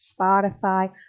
spotify